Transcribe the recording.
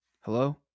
Hello